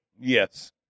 Yes